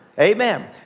Amen